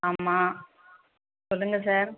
ஆமாம் சொல்லுங்கள் சார்